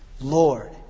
Lord